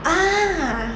ah